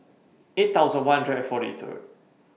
eight thousand one hundred and forty Third